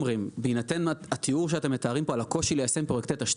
בהינתן התיאור שאתם מתארים פה על הקושי ליישם פרויקטי תשתית,